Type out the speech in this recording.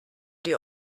die